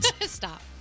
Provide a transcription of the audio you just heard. Stop